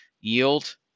yield